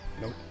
Nope